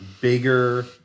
bigger